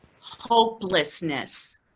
hopelessness